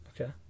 Okay